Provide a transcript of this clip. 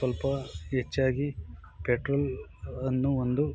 ಸ್ವಲ್ಪ ಹೆಚ್ಚಾಗಿ ಪೆಟ್ರೋಲ್ ಅನ್ನು ಒಂದು